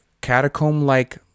catacomb-like